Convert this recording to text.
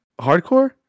hardcore